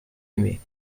aimés